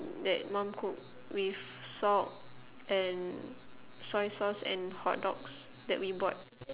that mum cook with salt and soy sauce and hotdogs that we bought